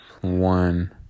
one